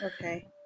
Okay